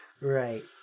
Right